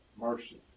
mercy